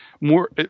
more